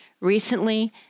Recently